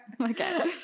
Okay